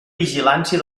vigilància